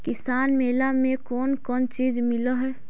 किसान मेला मे कोन कोन चिज मिलै है?